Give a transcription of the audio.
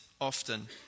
often